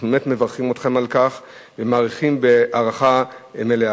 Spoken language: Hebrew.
אנחנו באמת מברכים אתכם על כך ומעריכים הערכה מלאה.